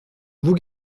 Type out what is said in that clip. vous